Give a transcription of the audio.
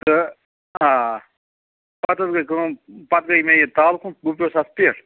تہٕ آ پتہٕ حظ گٔے کٲم پتہٕ گٔے مےٚ یہِ تَل کُن بہٕ پٮ۪وُس اَتھ پٮ۪ٹھ